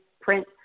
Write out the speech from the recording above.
print